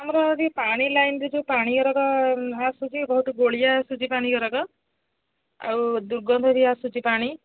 ଆମର ଯଦି ପାଣି ଲାଇନରେ ଯୋଉ ପାଣିଗୁଡ଼ାକ ଆସୁଛି ବହୁତ ଗୋଳିଆ ଆସୁଛି ପାଣିଗୁଡ଼ାକ ଆଉ ଦୁର୍ଗନ୍ଧ ବି ଆସୁଛି ପାଣି